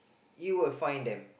you will find them